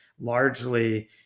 largely